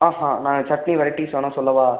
ஆஹான் நாங்கள் சட்னி வெரைட்டிஸ் வேணால் சொல்லவா